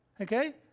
okay